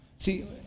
See